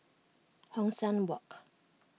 Hong San Walk